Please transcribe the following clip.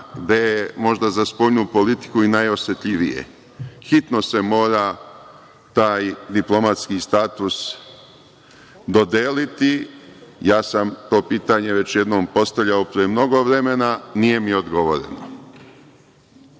gde je možda za spoljnu politiku i najosetljivije. Hitno se mora taj diplomatski status dodeliti. Ja sam to pitanje već jednom postavljao pre mnogo vremena, nije mi odgovoreno. Drugo